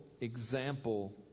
example